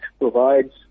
provides